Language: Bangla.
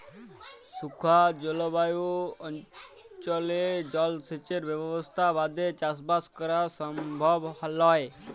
শুখা জলভায়ু অনচলে জলসেঁচের ব্যবসথা বাদে চাসবাস করা সমভব লয়